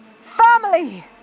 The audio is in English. Family